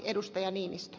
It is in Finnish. arvoisa puhemies